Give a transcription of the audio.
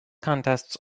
contests